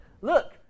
look